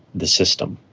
the system,